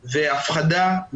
הפחדה,